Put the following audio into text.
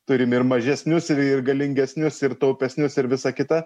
turim ir mažesnius ir galingesnius ir taupesnius ir visa kita